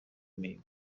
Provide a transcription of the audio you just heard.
mihigo